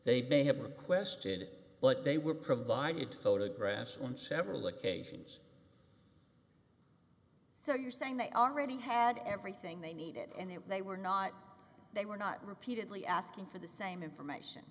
they may have requested it but they were provided photographs on several occasions so you're saying they already had everything they needed and there they were not they were not repeatedly asking for the same information